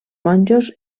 monjos